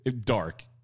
Dark